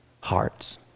hearts